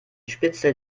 spitzel